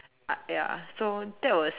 I ya so that was